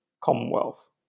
commonwealth